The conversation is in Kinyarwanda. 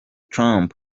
trump